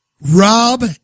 Rob